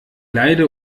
leide